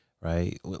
right